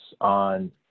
on